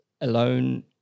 alone